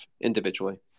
individually